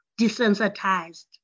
desensitized